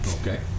Okay